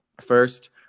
first